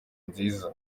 nziza